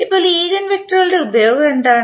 ഇപ്പോൾ ഈഗൻ വെക്ടറുകളുടെ ഉപയോഗം എന്താണ്